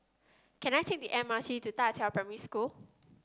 can I take the M R T to Da Qiao Primary School